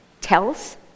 tells